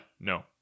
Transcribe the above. no